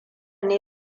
ne